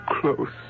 close